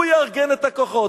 הוא יארגן את הכוחות.